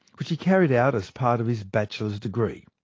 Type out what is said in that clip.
which he carried out as part of his bachelor's degree.